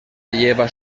lleva